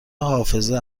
حافظه